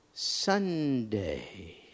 Sunday